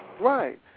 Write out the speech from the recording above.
Right